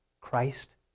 Christ